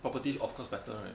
property of course better right